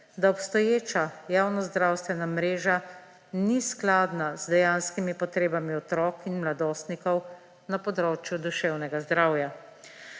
da obstoječa javnozdravstvena mreža ni skladna z dejanskimi potrebami otrok in mladostnikom na področju duševnega zdravja.